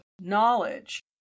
knowledge